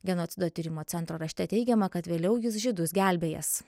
genocido tyrimo centro rašte teigiama kad vėliau jis žydus gelbėjęs